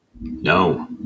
No